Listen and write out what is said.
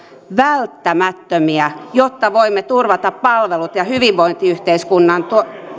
välttämättömiä jotta voimme turvata palvelut ja hyvinvointiyhteiskunnan